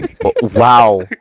Wow